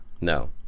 No